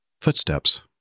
footsteps